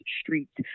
streets